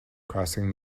crossing